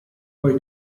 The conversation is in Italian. poi